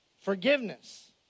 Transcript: forgiveness